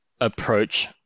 approach